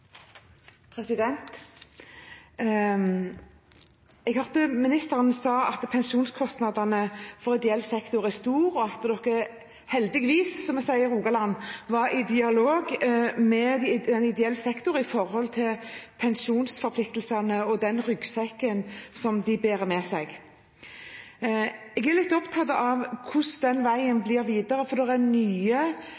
og at han heldigvis, som vi sier i Rogaland, er i dialog med ideell sektor når det gjelder pensjonsforpliktelsene og den ryggsekken sektoren bærer med seg. Jeg er litt opptatt av hvordan den veien